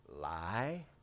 lie